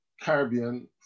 Caribbean